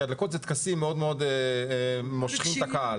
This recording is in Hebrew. כי ההדלקות זה טקסים מאוד מאוד מושכים את הקהל.